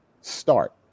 start